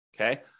okay